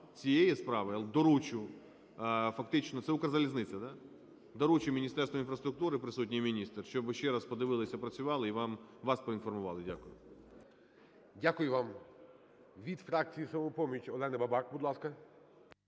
цієї справи, але доручу фактично... Це "Укрзалізниця", да? Доручу Міністерству інфраструктури, присутній міністр, щоби ще раз подивилися, опрацювали і вас поінформували. Дякую. ГОЛОВУЮЧИЙ. Дякую вам. Від фракції "Самопоміч" Альона Бабак. Будь ласка.